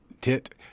Tit